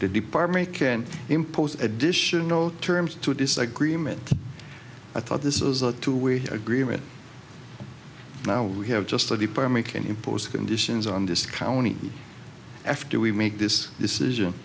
the department can't impose additional terms to a disagreement i thought this is a two way agreement now we have just a deeper make and impose conditions on this county after we make this decision